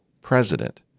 president